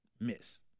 miss